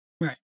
right